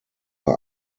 war